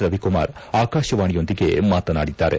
ರವಿಕುಮಾರ್ ಆಕಾಶವಾಣಿಯೊಂದಿಗೆ ಮಾತನಾಡಿದ್ದಾರೆ